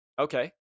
okay